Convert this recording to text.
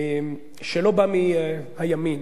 שלא בא מהימין,